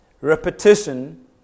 Repetition